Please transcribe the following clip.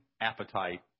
appetite